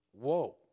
Whoa